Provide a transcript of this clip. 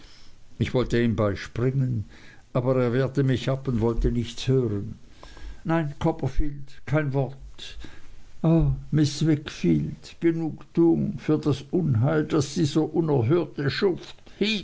ich wollte ihm beispringen aber er wehrte mich ab und wollte nichts hören nein copperfield kein wort ah miß wickfield genugtuung für das unheil das dieser unerhörte schuft